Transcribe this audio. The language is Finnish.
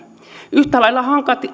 yhtä lailla